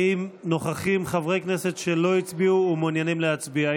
האם נוכחים חברי כנסת שלא הצביעו ומעוניינים להצביע?